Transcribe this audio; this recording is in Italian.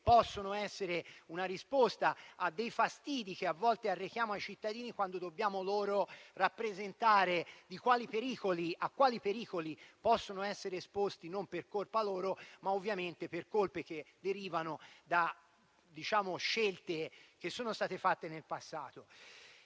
possono essere una risposta a dei fastidi che a volte arrechiamo ai cittadini, quando dobbiamo loro rappresentare a quali pericoli possono essere esposti, non per colpa loro, ma per colpe che derivano da scelte che sono state fatte nel passato.